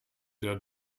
der